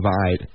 provide